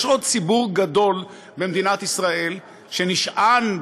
יש עוד ציבור גדול במדינת ישראל שנשען,